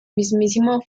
mismísimo